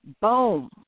boom